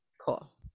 Cool